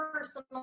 personal